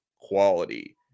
quality